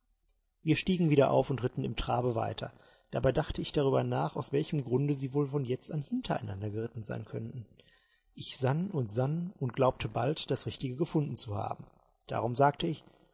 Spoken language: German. wir stiegen wieder auf und ritten im trabe weiter dabei dachte ich darüber nach aus welchem grunde sie wohl von jetzt an hintereinander geritten sein könnten ich sann und sann und glaubte bald das richtige gefunden zu haben darum sagte ich